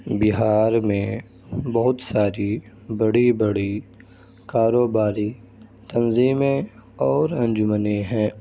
بہار میں بہت ساری بڑی بڑی کاروباری تنظیمیں اور انجمنیں ہیں